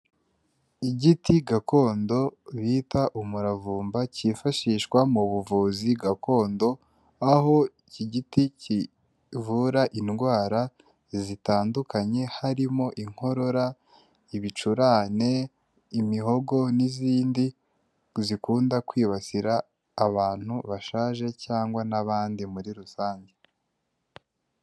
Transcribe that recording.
Igiti gakondo bita umuravumba kifashishwa mu buvuzi gakondo, aho iki giti kivura indwara zitandukanye harimo inkorora, ibicurane, imihogo n'izindi zikunda kwibasira abantu bashaje cyangwa n'abandi muri rusange.